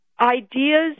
ideas